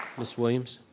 ms. williams?